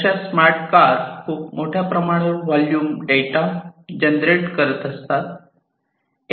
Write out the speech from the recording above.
अशा smart car खूप मोठ्या प्रमाणावर वोल्युम डेटा जनरेट करते करतील